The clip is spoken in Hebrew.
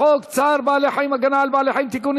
צער בעלי חיים (הגנה על בעלי חיים) (תיקון,